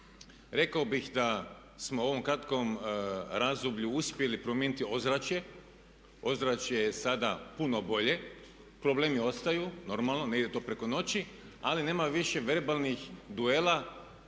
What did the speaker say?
Rekao bih da smo u ovom kratkom razdoblju uspjeli promijeniti ozračje, ozračje je sada puno bolje. Problemi ostaju, normalno ne ide to preko noći, ali nema više verbalnih duela